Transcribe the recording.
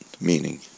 meaning